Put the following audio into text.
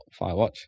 Firewatch